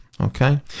okay